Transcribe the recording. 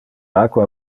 aqua